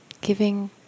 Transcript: giving